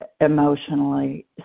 emotionally